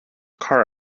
car